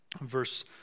verse